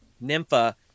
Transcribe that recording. Nympha